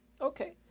Okay